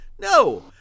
no